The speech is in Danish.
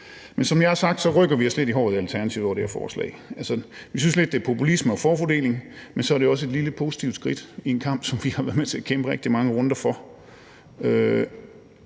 Men som jeg har sagt, river vi os lidt i håret i Alternativet over det her forslag. Altså, vi synes lidt det er populisme og et ønske om at give nogle en fordel, men så er det jo også et lille positivt skridt i en kamp, som vi har været med til at kæmpe rigtig mange runder for.